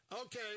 Okay